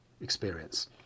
experience